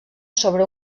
sobre